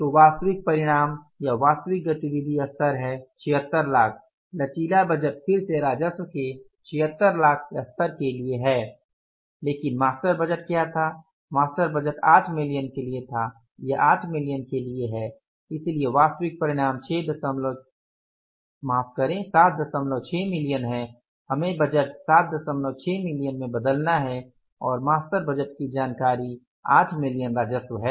तो वास्तविक परिणाम या वास्तविक गतिविधि स्तर है 7600000 लचीला बजट फिर से राजस्व के 7600000 स्तर के लिए है लेकिन मास्टर बजट क्या था मास्टर बजट 8 मिलियन के लिए था यह 8 मिलियन के लिए है इसलिए वास्तविक परिणाम 76 मिलियन है हमें बजट 76 मिलियन में बदलना है और मास्टर बजट की जानकारी 8 मिलियन राजस्व है